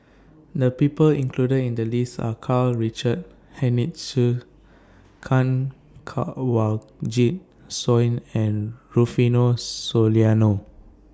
The People included in The list Are Karl Richard Hanitsch Kanwaljit Soin and Rufino Soliano